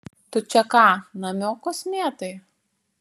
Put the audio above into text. tu čia ką namiokus mėtai